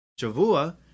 shavua